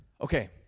Okay